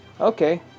Okay